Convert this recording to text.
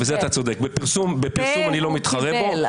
בזה אתה צודק -- פ' הוא קיבל,